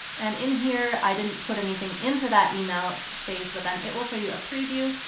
and in here, i didn't put anything into that email space, but then it will show you a preview.